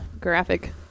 graphic